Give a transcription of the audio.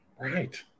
Right